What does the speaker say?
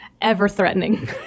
Ever-threatening